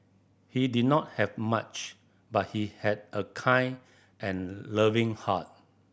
he did not have much but he had a kind and loving heart